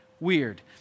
Weird